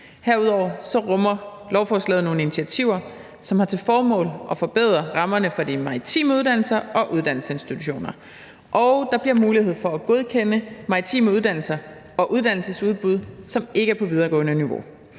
Herudover rummer lovforslaget nogle initiativer, som har til formål at forbedre rammerne for de maritime uddannelser og uddannelsesinstitutioner, og der bliver mulighed for at godkende maritime uddannelser og uddannelsesudbud, som ikke er på videregående niveau.